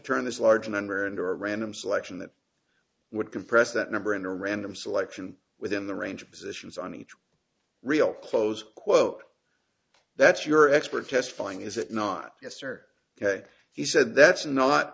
turn this large number into a random selection that would compress that number in a random selection within the range of positions on each real close quote that's your expert testifying is it not yes or he said that's not